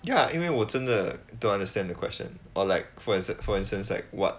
ya 因为我真的 don't understand the question or like for ins~ for instance like what